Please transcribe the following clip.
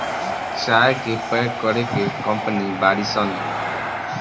चाय के पैक करे के कंपनी बाड़ी सन